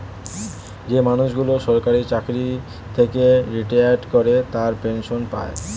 যে মানুষগুলো সরকারি চাকরি থেকে রিটায়ার করে তারা পেনসন পায়